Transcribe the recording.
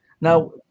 Now